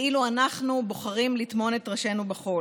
ואילו אנחנו בוחרים לטמון את ראשינו בחול.